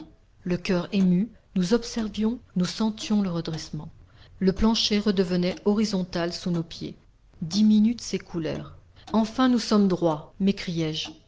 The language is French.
le coeur ému nous observions nous sentions le redressement le plancher redevenait horizontal sous nos pieds dix minutes s'écoulèrent enfin nous sommes droit